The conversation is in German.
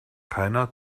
keiner